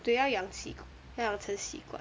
对要养起要养成习惯